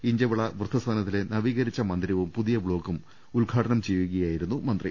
ഇഞ്ചവിള വൃദ്ധസദനത്തിലെ നവീകരിച്ച മന്ദിരവും പുതിയ ബ്ലോക്കും ഉദ്ഘാടനം ചെയ്യുകയായിരുന്നു മന്ത്രി